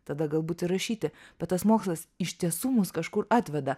tada galbūt ir rašyti bet tas mokslas iš tiesų mus kažkur atveda